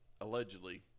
allegedly